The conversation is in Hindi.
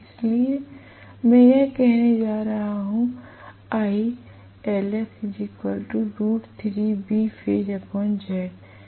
इसलिए मैं यह करने जा रहा हूं